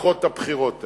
הבטחות הבחירות האלה.